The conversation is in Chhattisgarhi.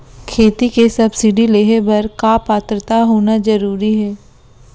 खेती के सब्सिडी लेहे बर का पात्रता होना जरूरी हे?